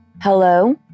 Hello